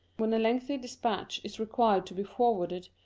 when a lengthy despatch is required to be forwarded,